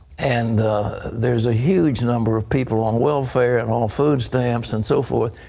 and there is a huge number of people on welfare and on food stamps and so forth.